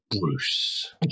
Bruce